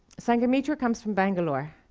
sanghamitra comes from bangalore.